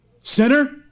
Sinner